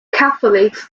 catholics